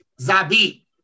Zabi